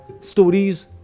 stories